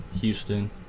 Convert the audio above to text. Houston